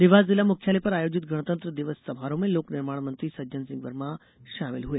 देवास जिला मुख्यालय पर आयोजित गणतंत्र दिवस समारोह में लोक निर्माण मंत्री सज्जन सिंह वर्मा शामिल हुए